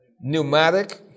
pneumatic